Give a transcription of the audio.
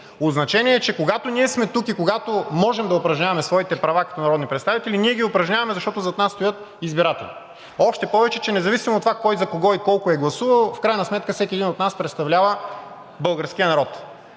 От значение е, че когато ние сме тук и когато можем да упражняваме своите права като народни представители, ние ги упражняваме, защото зад нас стоят избиратели, още повече че независимо от това кой за кого и колко е гласувал, в крайна сметка всеки един от нас представлява българския народ.